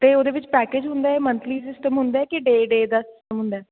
ਅਤੇ ਉਹਦੇ ਵਿੱਚ ਪੈਕੇਜ਼ ਹੁੰਦਾ ਹੈ ਮੰਥਲੀ ਸਿਸਟਮ ਹੁੰਦਾ ਹੈ ਕਿ ਡੇ ਡੇ ਦਾ ਹੁੰਦਾ ਹੈ